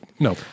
No